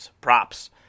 props